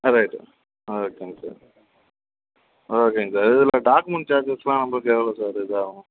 ஆ right ஓகேங்க sir ஓகேங்க sir இதில் டாக்குமெண்ட் சார்ஜஸ்லாம் நம்பளுக்கு எவ்வளோ சார் இது ஆகும்